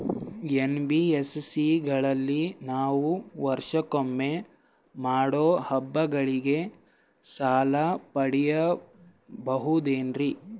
NBSC ಗಳಲ್ಲಿ ನಾವು ವರ್ಷಕೊಮ್ಮೆ ಮಾಡೋ ಹಬ್ಬಗಳಿಗೆ ಸಾಲ ಪಡೆಯಬಹುದೇನ್ರಿ?